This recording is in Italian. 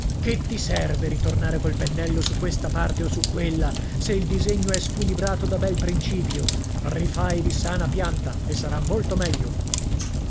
che ti serve ritornare col pennello su questa parte e su quella se il disegno è squilibrato da bel principio rifai di sana pianta e sarà molto meglio